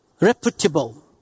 reputable